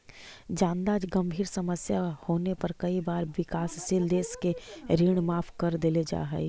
जादा गंभीर समस्या होने पर कई बार विकासशील देशों के ऋण माफ कर देल जा हई